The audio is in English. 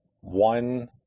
one